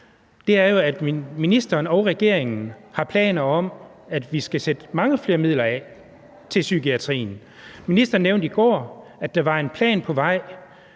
går, er, at ministeren og regeringen har planer om, at vi skal sætte mange flere midler af til psykiatrien. Ministeren nævnte i går, at der var en plan fra